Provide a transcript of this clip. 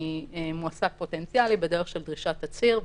ממועסק פוטנציאלי בדרך של דרישת תצהיר,